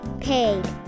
paid